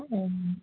অঁ